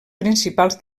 principals